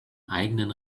eigenen